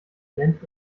lendt